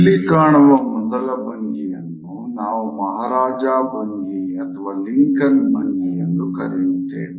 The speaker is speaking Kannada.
ಇಲ್ಲಿ ಕಾಣುವ ಮೊದಲ ಭಂಗಿಯನ್ನು ನಾವು ಮಹಾರಾಜಾ ಮಹಾರಾಜ ಭಂಗಿ ಅಥವಾ ಲಿಂಕನ್ ಭಂಗಿ ಎಂದು ಕರೆಯುತ್ತೇವೆ